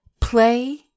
play